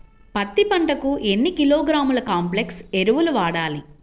పత్తి పంటకు ఎన్ని కిలోగ్రాముల కాంప్లెక్స్ ఎరువులు వాడాలి?